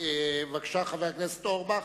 בבקשה, חבר הכנסת אורבך.